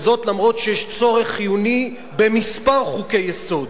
וזאת למרות העובדה שיש צורך חיוני בכמה חוקי-יסוד,